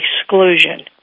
exclusion